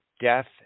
death